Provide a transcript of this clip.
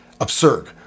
absurd